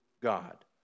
God